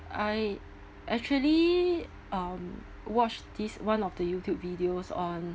I actually um watched this one of the YouTube videos on